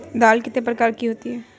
दाल कितने प्रकार की होती है?